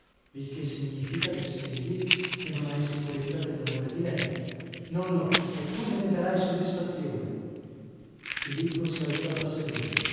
il che significa diss'egli che non hai sicurezza dell'amore di lei non l'ho e tu me ne darai soddisfazione filippo si alzò da sedere